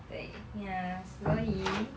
对 ya 所以